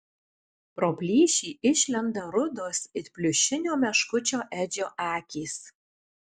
pro plyšį išlenda rudos it pliušinio meškučio edžio akys